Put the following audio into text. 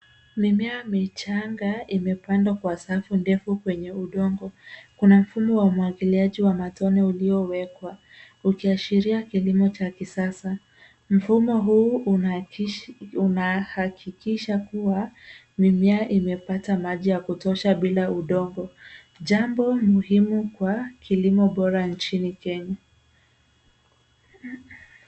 Mimea michanga imepandwa kwa safu ndefu kwenye udongo. Kuna mfumo wa umwagiliaji wa matone uliowekwa, ukiashiria kilimo cha kisasa. Mfumo huu unahakikisha kuwa mimea imepata maji ya kutosha bila udongo. Jambo muhimu kwa kilimo bora nchini Kenya.